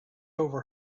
over